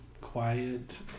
quiet